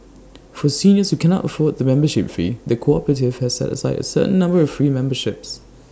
for seniors who cannot afford the membership fee the cooperative has set aside A certain number of free memberships